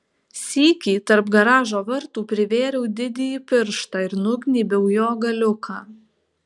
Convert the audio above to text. sykį tarp garažo vartų privėriau didįjį pirštą ir nugnybiau jo galiuką